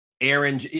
Aaron –